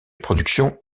production